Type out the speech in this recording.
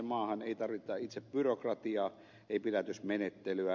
ei tarvita itse byrokratiaa ei pidätysmenettelyä